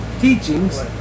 teachings